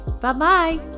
Bye-bye